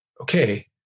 okay